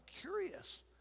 curious